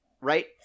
right